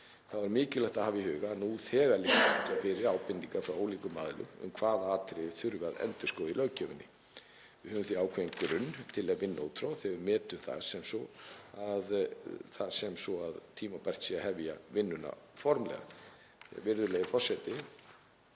Þá er mikilvægt að hafa í huga að nú þegar liggja fyrir ábendingar frá ólíkum aðilum um hvaða atriði þurfi að endurskoða í löggjöfinni. Við höfum því ákveðinn grunn til að vinna út frá þegar við metum það sem svo að tímabært sé að hefja vinnuna formlega. Virðulegi forseti.